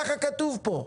ככה כתוב פה.